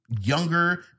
younger